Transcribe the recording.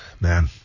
Man